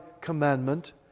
commandment